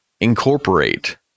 incorporate